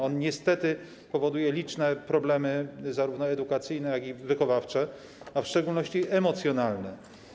On niestety powoduje liczne problemy, zarówno edukacyjne, jak i wychowawcze, a w szczególności emocjonalne.